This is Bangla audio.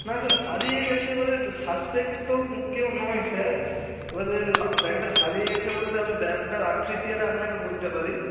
না স্যার হারিয়ে গেছে মানে সাসপেক্ট তো কেউ নয় স্যার এবারে ব্যাগটা হারিয়ে গেছে বলতে আমি ব্যাগটার আকৃতি আরে আপনাকে বলতে পারি